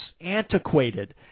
antiquated